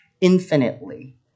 infinitely